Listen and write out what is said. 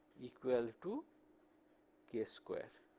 equal to k square.